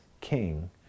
king